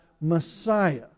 Messiah